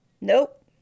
nope